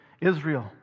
Israel